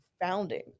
founding